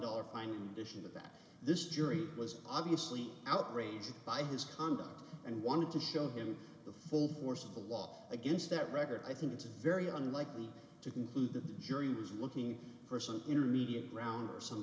dollar fine issue that this jury was obviously outraged by his conduct and wanted to show him the full force of the law against that record i think it's very unlikely to conclude that the jury was looking for some intermediate ground or some